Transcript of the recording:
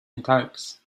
italics